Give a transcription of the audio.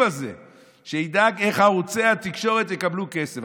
הזה שידאג איך ערוצי התקשורת יקבלו כסף.